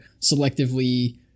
selectively